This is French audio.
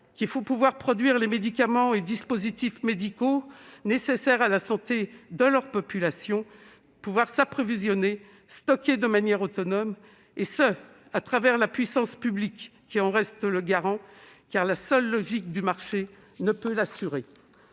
qu'il faut pouvoir produire les médicaments et dispositifs médicaux nécessaires à la santé de leur population, s'approvisionner et les stocker de manière autonome, et cela la puissance publique qui reste le garant de cette autonomie, car la seule logique du marché ne peut y pourvoir.